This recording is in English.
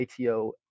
ATO